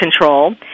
Control